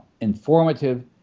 informative